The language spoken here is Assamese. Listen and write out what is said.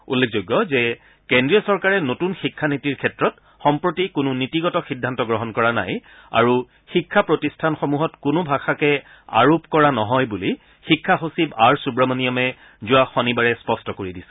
উল্লেখযোগ্য যে কেন্দ্ৰীয় চৰকাৰে নতুন শিক্ষানীতিৰ ক্ষেত্ৰত সম্প্ৰতি কোনো নীতিগত সিদ্ধান্ত গ্ৰহণ কৰা নাই আৰু শিক্ষা প্ৰতিষ্ঠানসমূহত কোনো ভাষাকে আৰোপ কৰা নহয় বুলি শিক্ষা সচিব আৰ সুৱমণিয়মে যোৱা শনিবাৰে স্পষ্ট কৰি দিছিল